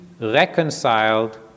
reconciled